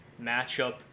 matchup